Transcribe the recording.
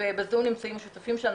ובזום נמצאים השותפים שלנו,